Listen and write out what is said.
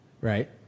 right